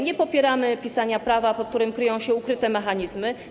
Nie popieramy pisania prawa, pod którym kryją się ukryte mechanizmy.